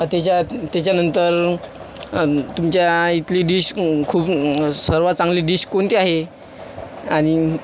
त्याच्यात त्याच्या नंतर तुमच्या इथली डिश खूप सर्वात चांगली डिश कोणती आहे आणि